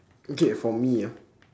okay for me ya